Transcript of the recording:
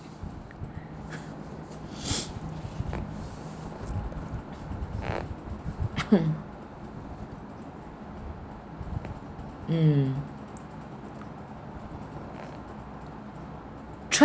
mm